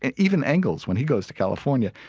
and even engels, when he goes to california,